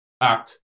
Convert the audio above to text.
act